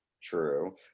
True